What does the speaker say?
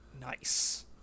nice